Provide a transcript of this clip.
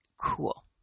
cool